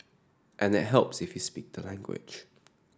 and it helps if you speak the language